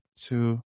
two